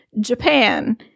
Japan